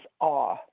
awe